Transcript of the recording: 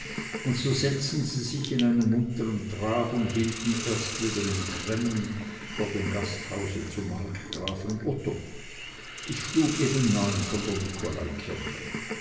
und so setzten sie sich in einen munteren trab und hielten erst wieder in cremmen vor dem gasthause zum markgrafen otto es schlug eben neun von der nikolaikirche